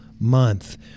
month